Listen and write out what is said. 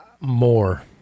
more